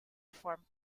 reform